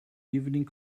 evening